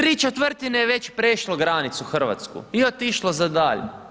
3 četvrtine je već prešlo granicu hrvatsku i otišlo za dalje.